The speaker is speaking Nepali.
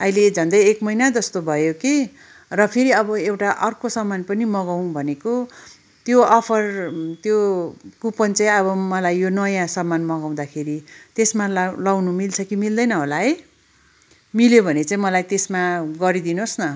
अहिले झन्डै एक महिना जस्तो भयो कि र फेरि अब एउटा अर्को समान पनि मँगाउ भनेको त्यो अफर त्यो कुपन चाहिँ अब मलाई यो नयाँ समान मगाउँदाखेरि त्यसमा लाउनु मिल्छ कि मिल्दैन होला है मिल्यो भने चाहिँ मलाई त्यसमा गरिदिनुहोस् न